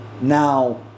Now